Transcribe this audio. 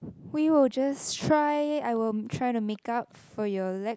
we will just try I will try to make up for your leg